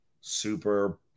super